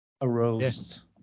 arose